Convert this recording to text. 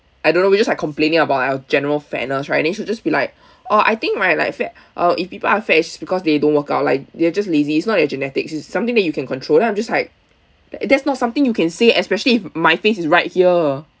I don't know we're just complaining about like our general fatness right then she'll just be like oh my like fat oh if people are fat it's because they don't work out like they are just lazy it's not in your genetics it's something that you can control then I'm just like that's not something you can say especially if my face is right here